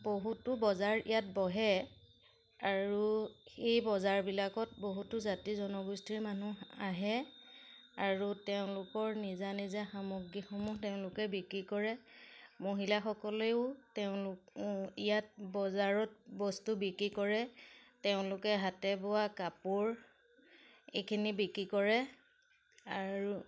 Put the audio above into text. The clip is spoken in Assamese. বহুতো বজাৰ ইয়াত বহে আৰু সেই বজাৰবিলাকত বহুতো জাতি জনগোষ্ঠীৰ মানুহ আহে আৰু তেওঁলোকৰ নিজা নিজা সামগ্ৰীসমূহ তেওঁলোকে বিক্ৰী কৰে মহিলাসকলেও তেওঁলোক ইয়াত বজাৰত বস্তু বিক্ৰী কৰে তেওঁলোকে হাতেবোৱা কাপোৰ এইখিনি বিক্ৰী কৰে আৰু